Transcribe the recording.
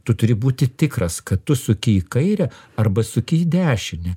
tu turi būti tikras kad tu suki į kairę arba suki į dešinę